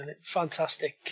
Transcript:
Fantastic